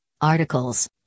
articles